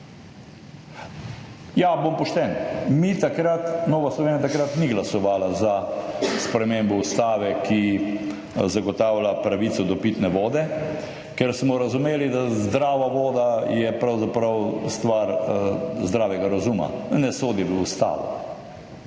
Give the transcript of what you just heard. Ja, bom pošten, mi takrat, Nova Slovenija takrat ni glasovala za spremembo Ustave, ki zagotavlja pravico do pitne vode, ker smo razumeli, da zdrava voda je pravzaprav stvar zdravega razuma, ne sodi v Ustavo,